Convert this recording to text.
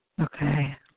Okay